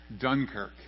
Dunkirk